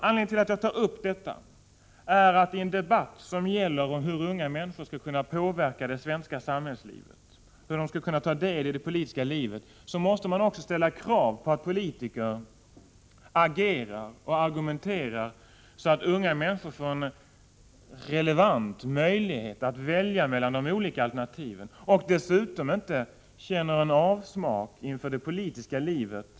Anledningen till att jag tar upp detta är att man i en debatt och hur de skall ta del i det politiska livet också måste ställa krav på att Tisdagen den politiker agerar och argumenterar så att unga människor får en verklig 21 maj 1985 möjlighet att välja mellan de olika alternativen och inte känner avsmak för det politiska livet.